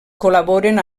col·laboren